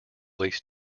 least